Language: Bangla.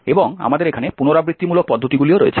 এবং আমাদের এখানে পুনরাবৃত্তিমূলক পদ্ধতিগুলি রয়েছে